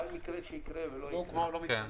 לא הוקמה או לא מתכנסת?